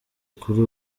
kuri